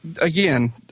again